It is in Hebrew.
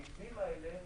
המתווים האלה תלויים,